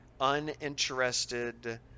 uninterested